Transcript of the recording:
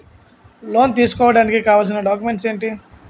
Loan తీసుకోడానికి కావాల్సిన documents ఎంటి?